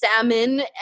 salmon